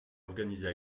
organisés